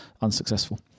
unsuccessful